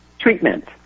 Treatment